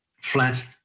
flat